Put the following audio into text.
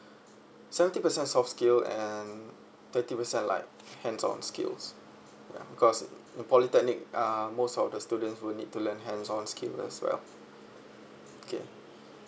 seventy percent soft skill and thirty percent like hands on skills ya because the polytechnic uh most of the students will need to learn hands on skill as well okay